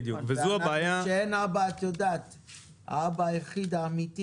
וכשאין אבא אז האבא היחיד האמיתי,